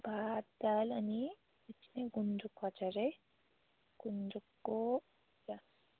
भात दाल अनि एकछिन है गुन्द्रुकको अचार है गुन्द्रुकको